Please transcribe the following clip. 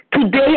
Today